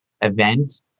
event